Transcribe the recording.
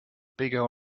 bigger